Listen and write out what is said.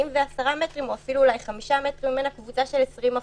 ו-5 מטרים ממנה קבוצה של 20 מפגינים,